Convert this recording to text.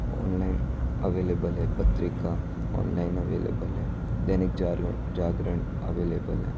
online available है पत्रिका online available है दैनिक जागरण जागरण अवेलेबल है